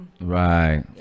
Right